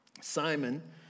Simon